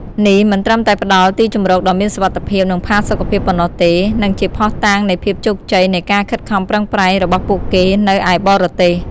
នេះមិនត្រឹមតែផ្ដល់ទីជម្រកដ៏មានសុវត្ថិភាព និងផាសុកភាពប៉ុណ្ណោះទេ និងជាភស្តុតាងនៃភាពជោគជ័យនៃការខិតខំប្រឹងប្រែងរបស់ពួកគេនៅឯបរទេស។